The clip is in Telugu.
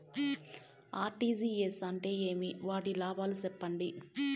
ఆర్.టి.జి.ఎస్ అంటే ఏమి? వాటి లాభాలు సెప్పండి?